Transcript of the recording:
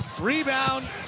Rebound